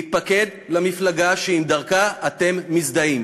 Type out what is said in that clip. להתפקד למפלגה שעם דרכה אתם מזדהים.